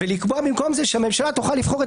ולקבוע במקום זה שהממשלה תוכל לבחור את